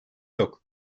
yok